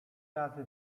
razy